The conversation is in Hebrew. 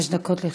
חמש דקות לרשותך.